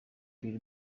will